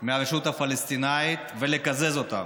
מהרשות הפלסטינית ולקזז אותם.